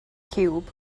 ciwb